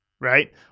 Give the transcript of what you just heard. right